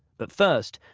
but first,